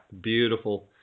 beautiful